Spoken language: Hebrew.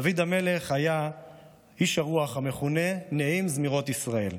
דוד המלך היה איש הרוח המכונה "נעים זמירות ישראל".